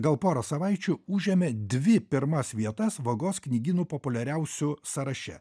gal pora savaičių užėmė dvi pirmas vietas vagos knygynų populiariausių sąraše